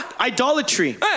idolatry